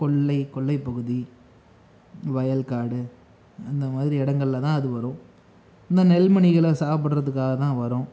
கொல்லை கொல்லை பகுதி வயல்காடு அந்தமாதிரி எடங்களில் தான் அது வரும் இந்த நெல்மணிகளை சாப்பிட்றதுக்காக தான் அது வரும்